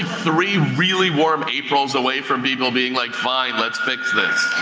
three really warm aprils away from people being like, fine, let's fix this.